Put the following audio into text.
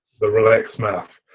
the relaxed mouth.